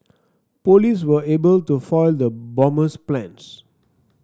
police were able to foil the bomber's plans